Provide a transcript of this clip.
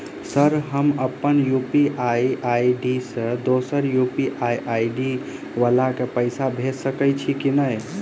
Sir हम अप्पन UPI ID सँ दोसर यु.पी.आई आई.डी वला केँ पैसा भेजि सकै छी नै?